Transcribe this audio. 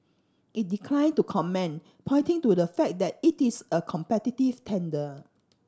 it declined to comment pointing to the fact that it is a competitive tender